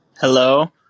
Hello